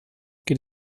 geht